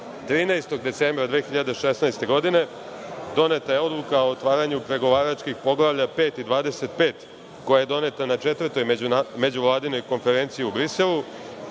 13. decembra 2016. godine doneta je Odluka o otvaranju pregovaračkih poglavlja 5. i 25, koja je doneta na Četvrtoj međuvladinoj konferenciji u Briselu.